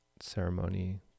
ceremony